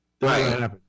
Right